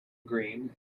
green